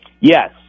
Yes